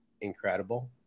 incredible